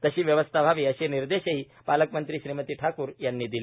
तशी व्यवस्था व्हावी असे निर्देश पालकमंत्री श्रीमती ठाकूर यांनी दिले